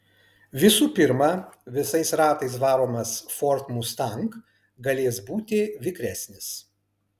visų pirma visais ratais varomas ford mustang galės būti vikresnis